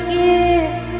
years